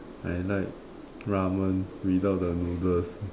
I like Ramen without the noodles